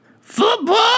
football